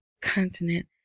continent